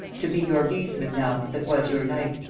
to be your beadsman now, that was your knight.